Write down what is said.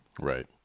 Right